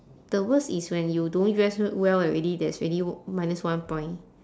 the worst is when you don't dress w~ well already that's already minus one point